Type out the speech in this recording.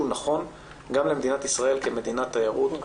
נכון גם למדינת ישראל כמדינת תיירות,